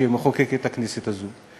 שמחוקקת הכנסת הזאת.